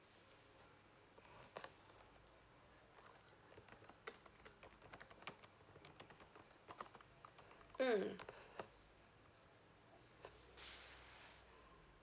mm